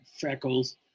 Freckles